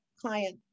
client